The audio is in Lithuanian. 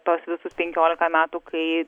tuos visus penkiolika metų kai